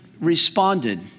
responded